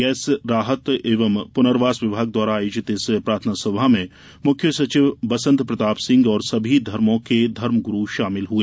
gas राहत एवं पुर्नवास विभाग द्वारा आयोजित इस प्रार्थना सभा में मुख्य सचिव बसंत प्रताप सिंह और सभी धर्मो के धर्मगुरू शामिल हुए